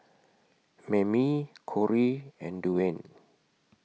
Mammie Kori and Dwane